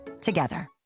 together